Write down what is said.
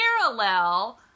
parallel